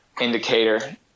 indicator